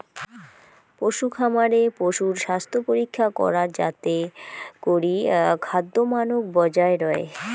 পশুখামারে পশুর স্বাস্থ্যপরীক্ষা করা যাতে করি খাদ্যমানক বজায় রয়